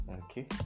Okay